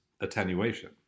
attenuation